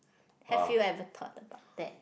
have you ever thought about that